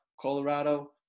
Colorado